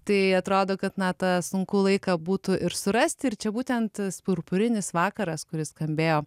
tai atrodo kad na tą sunku laiką būtų ir surasti ir čia būtent purpurinis vakaras kuris skambėjo